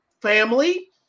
family